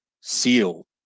seal